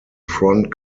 front